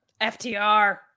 FTR